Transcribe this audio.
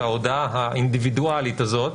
את ההודעה האינדיבידואלית הזאת,